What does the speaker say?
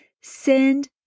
send